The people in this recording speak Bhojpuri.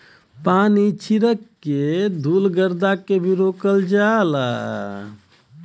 पानी छीरक के धुल गरदा के भी रोकल जाला